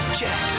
check